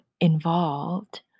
involved